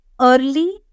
early